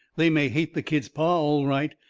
they may hate the kids' pa all right,